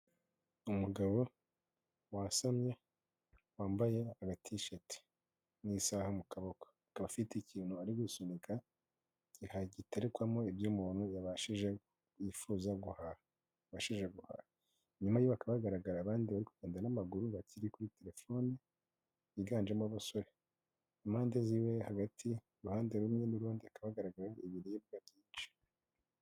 Umugabo wasamye, wambaye aga tshirt, n'isaha mu kaboko, akaba afite ikintu ari gusunika, giterekwamo ibyo umuntu yabashije, yifuza guhaha, yabashije guhaha, inyuma yiwe hakaba hagaragara abandi bari kugenda n'amaguru, bakiri kuri telefoni, biganjemo abasore, impande ziwe, hagati, iruhande rumwe n'urundi hakaba hagaragara ibiribwa byinshi.